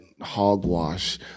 hogwash